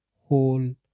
whole